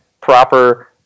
proper